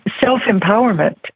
self-empowerment